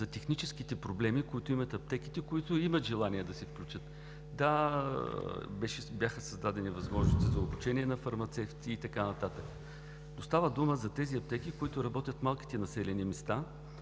за техническите проблеми на аптеките, които имат желание да се включат. Да, бяха създадени възможности за обучение на фармацевти и така нататък. Става дума за тези аптеки, които работят в малките населени места,